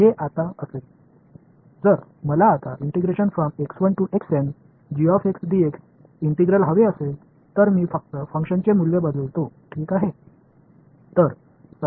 हे आता असेल जर मला आता इंटिग्रल हवे असेल तर मी फक्त फंक्शनचे मूल्य बदलतो ठीक आहे